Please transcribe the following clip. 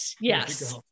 Yes